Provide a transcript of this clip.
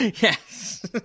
yes